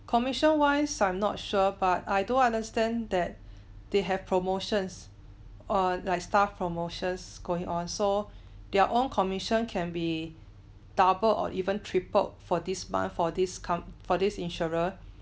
commercial wise I'm not sure but I do understand that they have promotions or like staff promotions going on so their own commission can be double or even triple for this month for these com~ for this insurer